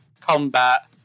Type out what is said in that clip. combat